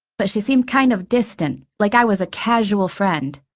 but she seemed kind of distant, like i was a casual friend.